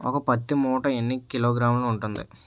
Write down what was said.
ఒక పత్తి మూట ఎన్ని కిలోగ్రాములు ఉంటుంది?